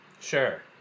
Sure